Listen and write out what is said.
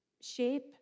shape